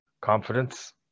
Confidence